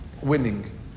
winning